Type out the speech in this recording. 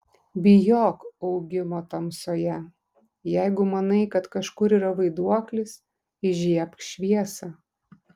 bijok augimo tamsoje jeigu manai kad kažkur yra vaiduoklis įžiebk šviesą